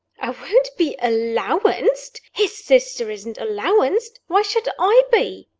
i won't be allowanced. his sister isn't allowanced why should i be?